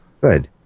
Good